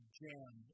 jam